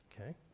Okay